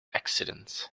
accidents